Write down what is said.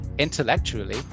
Intellectually